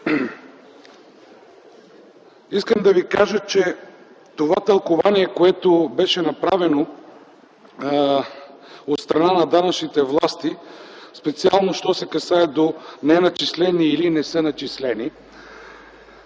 Искам да Ви кажа, че това тълкувание, което беше направено от страна на данъчните власти, що се касае до „неначислени” или „не са начислени”